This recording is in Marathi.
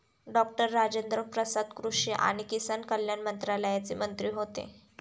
डॉक्टर राजेन्द्र प्रसाद कृषी आणि किसान कल्याण मंत्रालयाचे मंत्री होते